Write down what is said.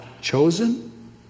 chosen